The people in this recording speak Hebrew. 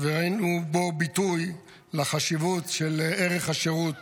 וראינו בו ביטוי לחשיבות של ערך השירות